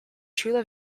chula